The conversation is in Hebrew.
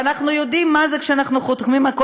ואנחנו יודעים מה זה כשאנחנו חותמים על כל